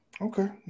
Okay